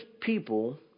people